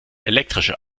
elektrische